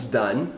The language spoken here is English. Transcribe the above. done